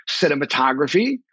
cinematography